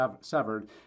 severed